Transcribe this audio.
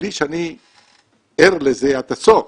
בלי שאני ער לזה עד הסוף,